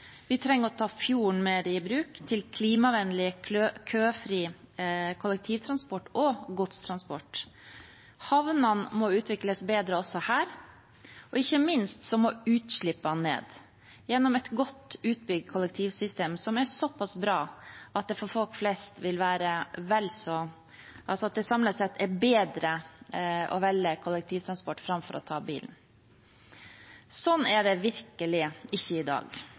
Vi trenger å ta fjorden mer i bruk til klimavennlig, køfri kollektivtransport og godstransport. Havnene må utvikles bedre også her, og ikke minst må utslippene ned. Gjennom et godt utbygd kollektivsystem vil det for folk flest samlet sett være bedre å velge kollektivtransport framfor å ta bilen. Sånn er det virkelig ikke i dag.